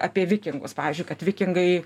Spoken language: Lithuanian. apie vikingus pavyzdžiui kad vikingai